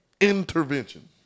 intervention